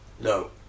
no